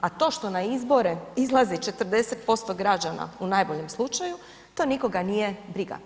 A to što na izbore izlazi 40% građana u najboljem slučaju, to nikoga nije briga.